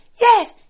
yes